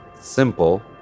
simple